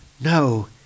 No